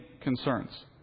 concerns